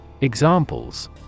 Examples